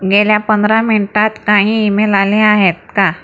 गेल्या पंधरा मिनटात काही ईमेल आले आहेत का